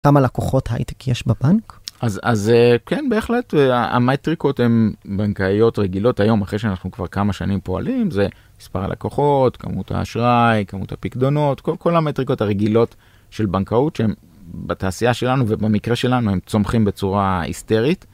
כמה לקוחות הייטק יש בבנק? אז אז אה.. כן, בהחלט, המטריקות הן בנקאיות רגילות, היום אחרי שאנחנו כבר כמה שנים פועלים, זה מספר הלקוחות, כמות האשראי, כמות הפקדונות, כל, כל המטריקות הרגילות של בנקאות, שהן בתעשייה שלנו ובמקרה שלנו, הן צומחים בצורה היסטרית.